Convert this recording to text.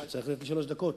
אתה צריך לתת לי שלוש דקות.